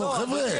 נו, חבר'ה.